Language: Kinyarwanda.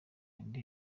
end